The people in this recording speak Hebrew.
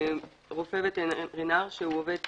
רופא וטרינר שהוא עובד ציבור,